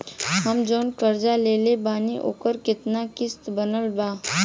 हम जऊन कर्जा लेले बानी ओकर केतना किश्त बनल बा?